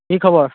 কি খবৰ